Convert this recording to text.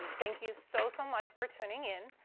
um thank you so, so much for tuning in.